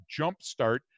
jumpstart